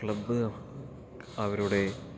ആ ക്ലബ്ബ് അവരുടെ